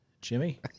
Jimmy